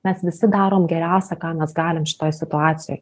mes visi darom geriausia ką mes galim šitoj situacijoj